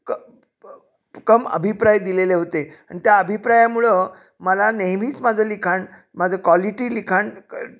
क प कम अभिप्राय दिलेले होते आणि त्या अभिप्रायामुळं मला नेहमीच माझं लिखाण माझं क्वालिटी लिखाण क